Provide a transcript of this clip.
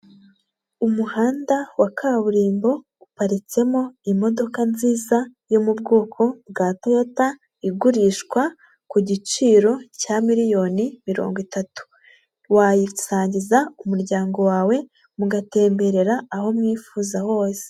Umuhanda wa kaburimbo uparitsemo imodoka nziza yo mu bwoko bwa Toyota, igurishwa ku giciro cya miliyoni mirongo itatu. Wayisangiza umuryango wawe mugatemberera aho mwifuza hose.